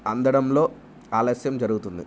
అందడంలో ఆలస్యం జరుగుతుంది